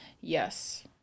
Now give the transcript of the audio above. Yes